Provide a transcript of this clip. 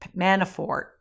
Manafort